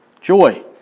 joy